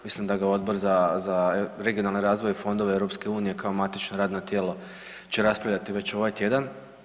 Mislim da ga Odbor za regionalni razvoj i fondove EU kao matično radno tijelo će raspravljati već ovaj tjedan.